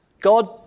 God